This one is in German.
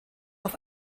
auf